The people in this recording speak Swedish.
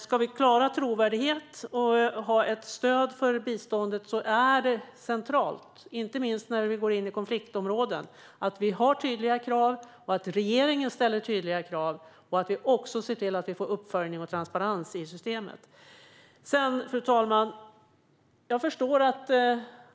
Ska vi klara trovärdigheten och ha ett stöd för biståndet är det centralt, inte minst när vi går in i konfliktområden, att vi har tydliga krav, att regeringen ställer tydliga krav och att vi ser till att få uppföljning och transparens i systemet. Fru talman!